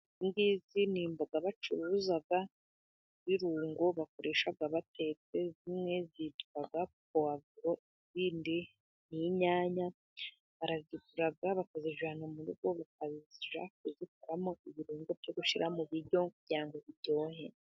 Izi ngizi ni imboga bacuruza, ni ibirungo bakoresha batetse zimwe zitwa puwavro ibindi ni inyanya, barazigura bakazijyana mu rugo, bakajya kuzikoramo ibirungo byo gushyira mu biryo, kugira ngo biryohe.